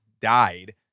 died